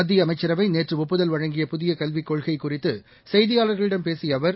மத்தியஅமைச்சரவைநேற்றுடுப்புதல் வழங்கிய புதியகல்விக் கொள்கைகுறித்தசெய்தியாளர்களிடம் பேசியஅவர்